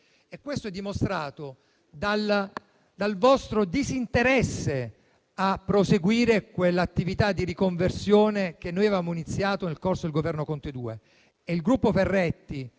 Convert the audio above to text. come è dimostrato dal vostro disinteresse a proseguire quell'attività di riconversione che noi avevamo iniziato nel corso del Governo Conte II. Inoltre,